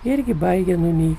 irgi baigia nunykti